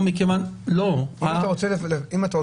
אתה יכול